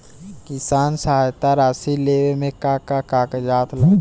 किसान सहायता राशि लेवे में का का कागजात लागी?